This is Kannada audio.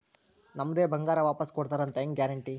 ನಮ್ಮದೇ ಬಂಗಾರ ವಾಪಸ್ ಕೊಡ್ತಾರಂತ ಹೆಂಗ್ ಗ್ಯಾರಂಟಿ?